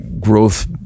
growth